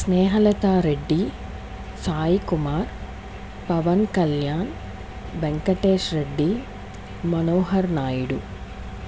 Snehalata Reddy Sai Kumar Pawan Kalyan Venkatesh Reddy Manohar Naidu